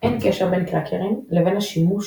אין קשר בין קראקרים לבין השימוש